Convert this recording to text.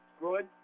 good